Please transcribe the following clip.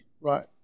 right